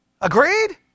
Agreed